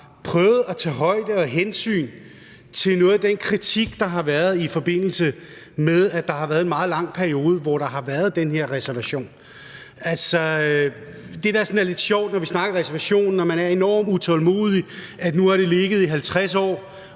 prøvet at tage højde for og hensyn til noget af den kritik, der har været, i forbindelse med at der har været en meget lang periode, hvor der har været den her reservation. Det, der er sådan lidt sjovt, når man snakker reservationen og man er enormt utålmodig, er, at nu har det ligget i 50 år,